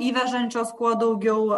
įvežančios kuo daugiau